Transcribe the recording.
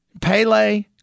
Pele